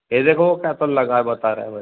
यह देखो कैसा लगा है बता रहा भई